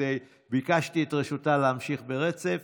ביקשתי את רשותה להמשיך ברצף.